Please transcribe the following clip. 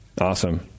Awesome